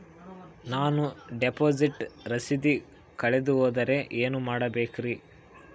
ನಾನು ಡಿಪಾಸಿಟ್ ರಸೇದಿ ಕಳೆದುಹೋದರೆ ಏನು ಮಾಡಬೇಕ್ರಿ?